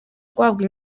guhabwa